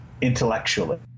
intellectually